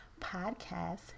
Podcast